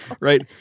Right